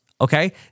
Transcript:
okay